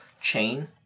chain